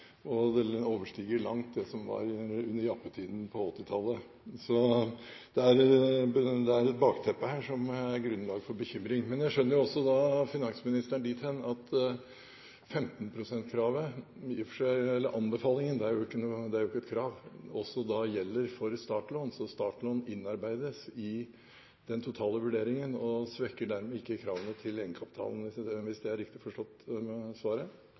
og det vil langt overstige det som var under jappetiden på 1980-tallet. Så det er et bakteppe her som gir grunnlag for bekymring. Jeg forstår finansministeren dithen at 15 pst.-kravet – eller -anbefalingen, det er jo ikke et krav – også gjelder for startlån, slik at startlån innarbeides i den totale vurderingen og dermed ikke svekker kravene til egenkapitalen. Er det en riktig forståelse av svaret?